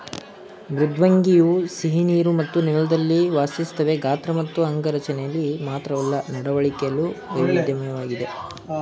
ಮೃದ್ವಂಗಿಯು ಸಿಹಿನೀರು ಮತ್ತು ನೆಲದಲ್ಲಿ ವಾಸಿಸ್ತವೆ ಗಾತ್ರ ಮತ್ತು ಅಂಗರಚನೆಲಿ ಮಾತ್ರವಲ್ಲ ನಡವಳಿಕೆಲು ವೈವಿಧ್ಯಮಯವಾಗಿವೆ